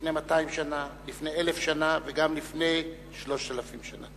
לפני 200 שנה, לפני 1,000 שנה וגם לפני 3,000 שנה.